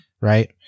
Right